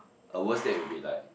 a worst date would be like